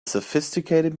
sophisticated